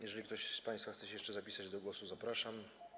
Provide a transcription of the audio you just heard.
Jeżeli ktoś z państwa chce się jeszcze zapisać do głosu, zapraszam.